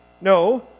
No